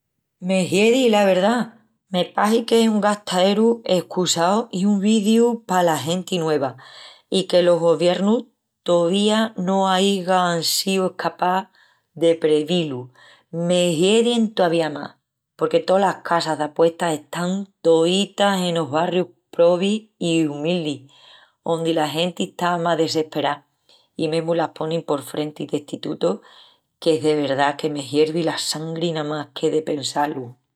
Me hiedi, la verdá. Me pahi que es un gastaeru escusau i un viciu pala genti nueva. I que los goviernus tovía no aigan síu escapás de preví-lu me hiedi entovía más. Porque tolas casas d'apuestas estas están toítas enos barrius probis i umildis, ondl la genti está más desesperá. I mesmu las ponin por frenti d'estitutus, es que de verdá que me hiervi la sangri namás que de pensá-lu.